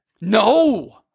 No